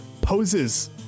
poses